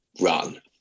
run